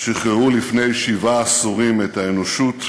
שחררו לפני שבעה עשורים את האנושות